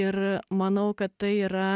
ir manau kad tai yra